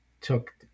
took